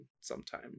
sometime